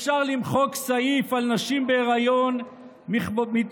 אפשר למחוק סעיף על נשים בהיריון מתוך